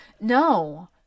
no